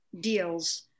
deals